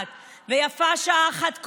ויפה שעה אחת קודם.